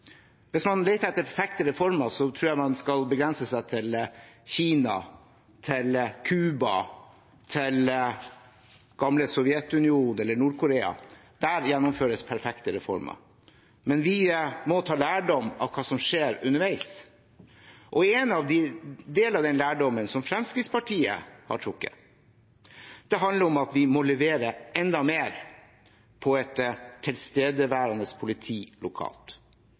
Hvis man leter etter perfekte reformer, tror jeg man skal begrense seg til Kina, til Cuba, til gamle Sovjetunionen eller til Nord-Korea. Der gjennomføres perfekte reformer. Men vi må ta lærdom av hva som skjer underveis, og en del av den lærdommen som Fremskrittspartiet har trukket, handler om at vi må levere enda mer på et tilstedeværende politi lokalt.